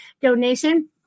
donation